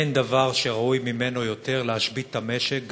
אין דבר שראוי בשבילו להשבית את המשק,